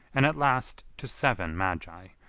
and at last to seven magi,